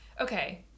okay